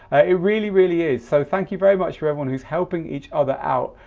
it really, really is, so thank you very much for everyone who's helping each other out.